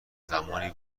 زمانی